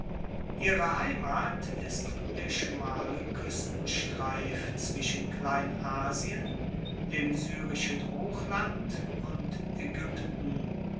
ihre heimat ist der schmale kuestenstreif zwischen kleinasien dem syrischen hochland und aegypten